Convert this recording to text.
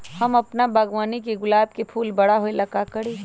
हम अपना बागवानी के गुलाब के फूल बारा होय ला का करी?